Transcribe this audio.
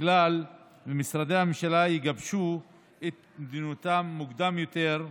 ככל שמשרדי הממשלה יגבשו את מדיניותם מוקדם יותר,